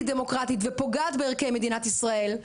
דמוקרטית ופוגעת בערכי מדינת ישראל,